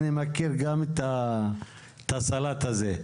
אני מכיר גם את הסלט הזה.